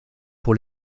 pour